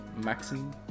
maxim